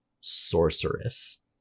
sorceress